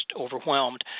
overwhelmed